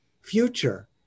future